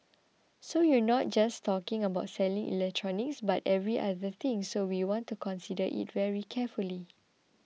so you're not just talking about selling electronics but every other thing so we want to consider it very carefully